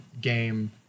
game